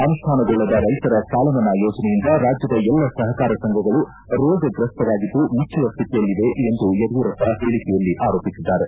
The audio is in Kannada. ಅನುಷ್ಠಾನಗೊಳ್ಳದ ರೈತರ ಸಾಲಮನ್ನಾ ಯೋಜನೆಯಿಂದ ರಾಜ್ಯದ ಎಲ್ಲ ಸಹಕಾರ ಸಂಘಗಳು ರೋಗಗ್ರಸ್ಥವಾಗಿದ್ದು ಮುಚ್ಚುವ ಸ್ಥಿತಿಯಲ್ಲಿವೆ ಎಂದು ಯಡಿಯೂರಪ್ಪ ಹೇಳಿಕೆಯಲ್ಲಿ ಆರೋಪಿಸಿದ್ದಾರೆ